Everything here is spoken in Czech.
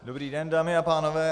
Dobrý den, dámy a pánové.